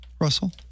Russell